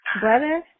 brother